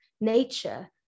nature